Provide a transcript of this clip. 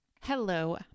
Hello